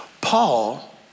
Paul